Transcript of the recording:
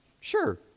Sure